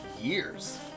years